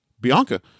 Bianca